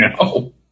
no